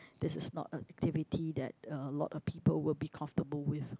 this is not a activity that a lot of people will be comfortable with